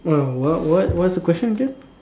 what what what's the question again